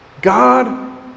God